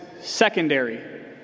secondary